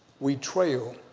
we trail